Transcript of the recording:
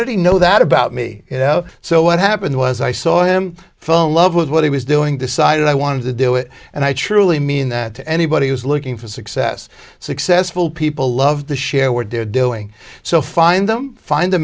did he know that about me you know so what happened was i saw him phone love with what he was doing decided i wanted to do it and i truly mean that to anybody who's looking for success successful people love the share we're doing so find them find a